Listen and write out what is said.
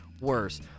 worse